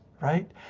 right